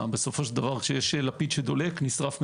כשיש לפיד דולק, נשרף מתאן.